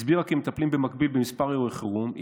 היא הסבירה כי מטפלים במקביל בכמה אירועי חירום,